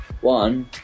one